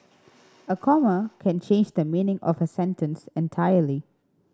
a comma can change the meaning of a sentence entirely